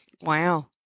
Wow